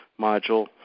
module